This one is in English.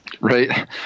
right